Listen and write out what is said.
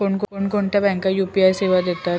कोणकोणत्या बँका यू.पी.आय सेवा देतात?